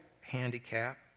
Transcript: handicap